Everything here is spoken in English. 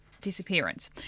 disappearance